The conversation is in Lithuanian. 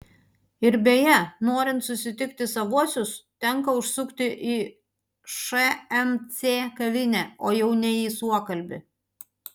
ir beje norint susitikti savuosius tenka užsukti į šmc kavinę o jau ne į suokalbį